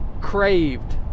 craved